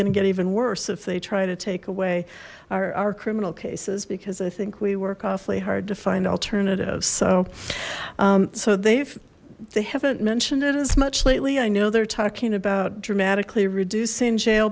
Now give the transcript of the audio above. going to get even worse if they try to take away our criminal cases because i think we work awfully hard to find alternatives so so they've they haven't mentioned it as much lately i know they're talking about dramatically reducing jail